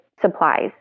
supplies